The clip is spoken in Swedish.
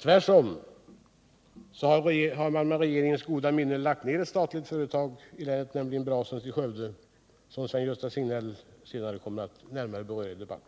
Tvärtom har man med regeringens goda minne lagt ned ett statligt företag i länet, nämligen Brasons i Skövde, vilket Sven-Gösta Signell senare i debatten kommer att beröra närmare.